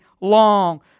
long